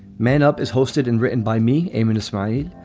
man up is hosted and written by me, a minute maid.